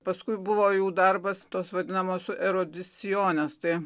paskui buvo jų darbas tos vadinamos erudiciones tai